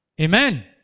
amen